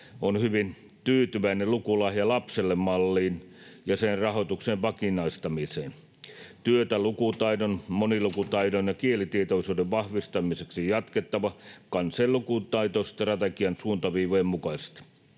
on hyvin tyytyväinen Lukulahja lapselle ‑malliin ja sen rahoituksen vakinaistamiseen. Työtä lukutaidon, monilukutaidon ja kielitietoisuuden vahvistamiseksi on jatkettava kansallisen lukutaitostrategian suuntaviivojen mukaisesti.